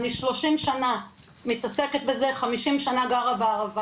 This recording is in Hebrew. אני 30 שנה מתעסקת בזה, 50 שנה גרה בערבה